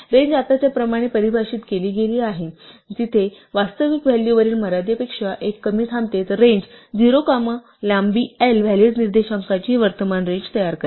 range आताच्याप्रमाणे परिभाषित केली गेली आहे जिथे वास्तविक व्हॅलू वरील मर्यादेपेक्षा एक कमी थांबते तर रेंज 0 कॉमा लांबी I व्हॅलिड निर्देशांकांची वर्तमान रेंज तयार करेल